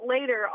later